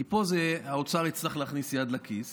כי פה האוצר יצטרך להכניס יד לכיס